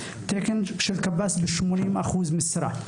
יש תקן של קב״ס ב-80% משרה.